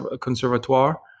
Conservatoire